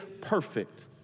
perfect